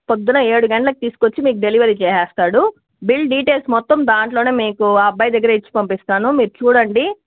పొద్దున ఏడు గంటలకు తీసుకొచ్చి మీకు డెలివరీ చేసేస్తాడు బిల్ డీటెయిల్స్ మొత్తం దాంట్లోనే మీకు ఆ అబ్బాయి దగ్గరే ఇచ్చి పంపిస్తాను మీరు చూడండి